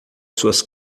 suas